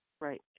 Right